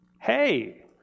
hey